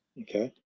Okay